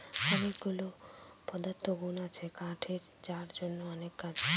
অনেকগুলা পদার্থগুন আছে কাঠের যার জন্য অনেক কাজ হয়